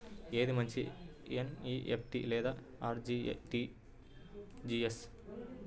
ఏది మంచి ఎన్.ఈ.ఎఫ్.టీ లేదా అర్.టీ.జీ.ఎస్?